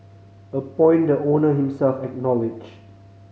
a point the owner himself acknowledged